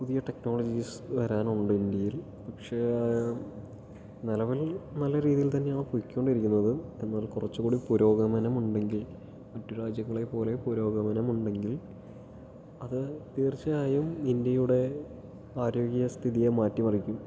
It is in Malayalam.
പുതിയ ടെക്നോളജീസ് വരാനുണ്ട് ഇന്ത്യയിൽ പക്ഷേ നിലവിൽ നല്ല രീതിയിൽ തന്നെയാണ് പൊയ്ക്കൊണ്ടിരിക്കുന്നത് എന്നാലും കുറച്ചു കൂടി പുരോഗമനം ഉണ്ടെങ്കിൽ മറ്റു രാജ്യങ്ങളെ പോലെ പുരോഗമനം ഉണ്ടെങ്കിൽ അത് തീർച്ചയായും ഇന്ത്യയുടെ ആരോഗ്യസ്ഥിതിയെ മാറ്റിമറിക്കും